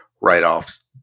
write-offs